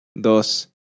dos